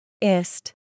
Ist